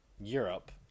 Europe